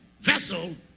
vessel